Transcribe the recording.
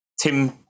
Tim